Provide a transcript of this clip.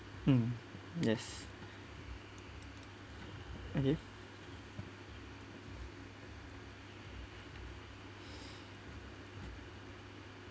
mm yes okay